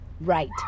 right